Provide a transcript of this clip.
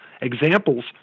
Examples